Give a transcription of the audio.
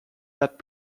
that